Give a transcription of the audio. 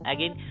Again